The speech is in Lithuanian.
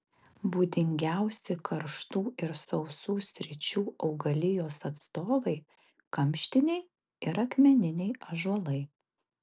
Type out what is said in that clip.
būdingiausi karštų ir sausų sričių augalijos atstovai kamštiniai ir akmeniniai ąžuolai